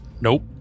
Nope